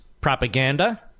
propaganda